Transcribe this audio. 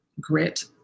grit